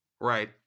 right